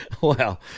wow